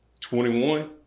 21